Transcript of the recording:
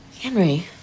Henry